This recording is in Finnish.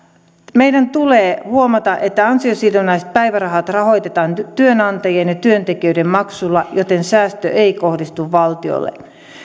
meidän tulee huomata että ansiosidonnaiset päivärahat rahoitetaan työnantajien ja työntekijöiden maksuilla joten säästö ei kohdistu valtiolle